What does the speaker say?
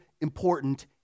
important